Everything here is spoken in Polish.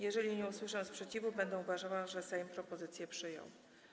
Jeżeli nie usłyszę sprzeciwu, będę uważała, że Sejm propozycję przyjął.